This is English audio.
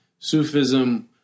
Sufism